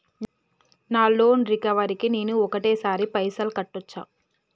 నా loan recovery కి నేను ఒకటేసరి పైసల్ కట్టొచ్చా?